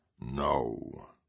No